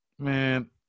Man